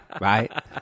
Right